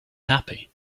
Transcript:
happy